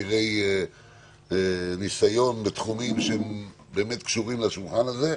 עתירי ניסיון בתחומים שהם באמת קשורים לשולחן הזה,